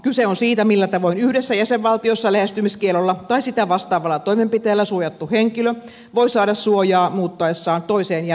kyse on siitä millä tavoin yhdessä jäsenvaltiossa lähestymiskiellolla tai sitä vastaavalla toimenpiteellä suojattu henkilö voi saada suojaa muuttaessaan toiseen jäsenvaltioon